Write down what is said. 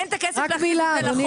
אין את הכסף להכניס את זה לחוק,